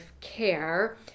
care